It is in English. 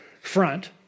front